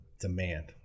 demand